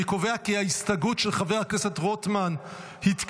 אני קובע כי ההסתייגות של חבר הכנסת רוטמן התקבלה.